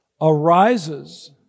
arises